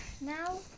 Now